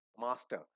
master